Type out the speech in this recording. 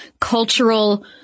cultural